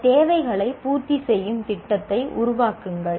சில தேவைகளைப் பூர்த்தி செய்யும் திட்டத்தை உருவாக்குங்கள்